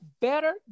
better